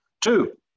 Two